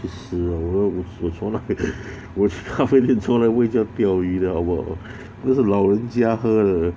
死啦我都我我从来我去咖啡店从来不会叫钓鱼的好不好那个是老人家喝的